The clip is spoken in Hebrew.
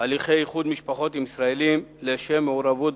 הליכי איחוד משפחות עם ישראלים לשם מעורבות